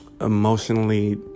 emotionally